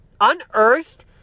unearthed